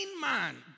man